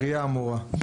העירייה אמורה.